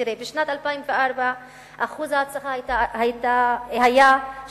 תראה, בשנת 2004 אחוז ההצלחה היה 39%,